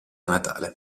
natale